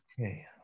Okay